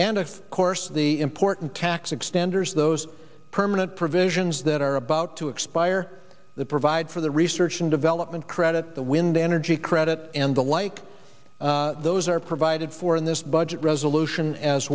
and of course the important tax extenders those permanent provisions that are about to expire the provide for the research and development credit the wind energy credit and the like those are provided for in this budget resolution as